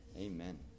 Amen